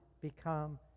become